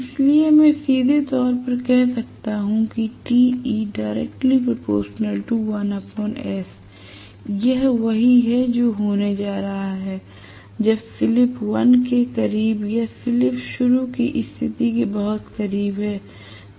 इसलिए मैं सीधे तौर पर कह सकता हूं कि यह वही है जो होने जा रहा है जब स्लिप 1के करीब या स्लिप शुरू की स्थिति के बहुत करीब है